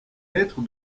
lettre